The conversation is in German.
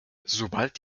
sobald